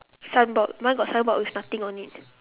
signboard mine got signboard with nothing on it